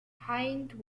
hind